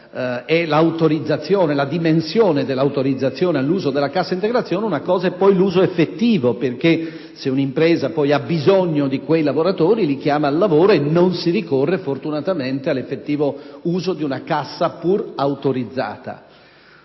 è la dimensione dell'autorizzazione all'uso della Cassa integrazione, una cosa è poi l'uso effettivo, perché se un'impresa ha bisogno di quei lavoratori li chiama al lavoro e non si ricorre fortunatamente all'effettivo uso di una cassa, pur autorizzata.